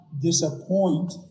disappoint